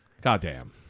Goddamn